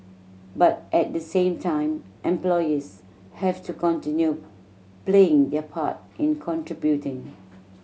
but at the same time employees have to continue playing their part in contributing